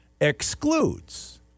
excludes